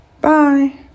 bye